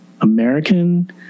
American